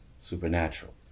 supernatural